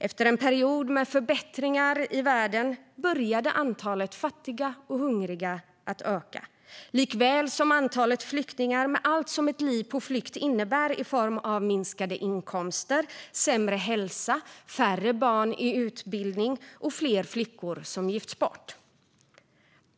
Efter en period med förbättringar i världen började antalet fattiga och hungriga att öka liksom antalet flyktingar, med allt som ett liv på flykt innebär i form av minskade inkomster, sämre hälsa, färre barn i utbildning och fler flickor som gifts bort.